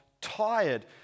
tired